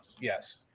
Yes